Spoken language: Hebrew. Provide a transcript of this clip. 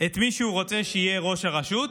את מי שהוא רוצה שיהיה ראש הרשות,